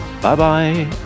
Bye-bye